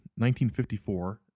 1954